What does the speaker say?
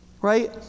right